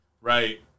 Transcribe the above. Right